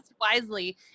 wisely